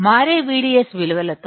మారే VDS విలువలతో